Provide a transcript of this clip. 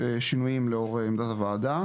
פספסתי את התנועה לאיכות השלטון.